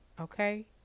Okay